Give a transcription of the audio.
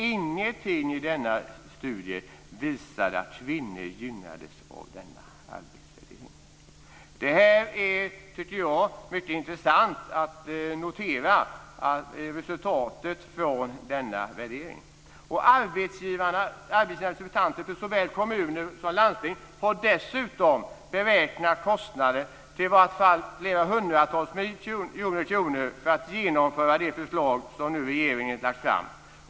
Ingenting i den här studien visade att kvinnor gynnades av denna arbetsvärdering. Jag tycker att det är mycket intressant att notera resultatet från denna värdering. Arbetsgivarrepresentanter från såväl kommuner som landsting har dessutom beräknat kostnaden till i vart fall flera 100-tals miljoner kronor för att genomföra det förslag som regeringen nu lagt fram.